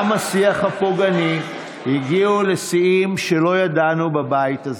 גם השיח הפוגעני הגיע לשיאים שלא ידענו בבית הזה.